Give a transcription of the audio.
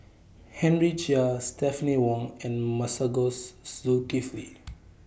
Henry Chia Stephanie Wong and Masagos Zulkifli